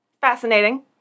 Fascinating